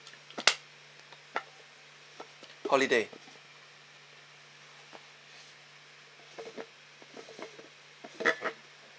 holiday